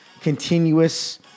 continuous